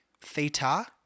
theta